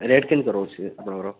rate କେମିତି ରହୁଛି ଆପଣଙ୍କର